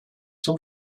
zum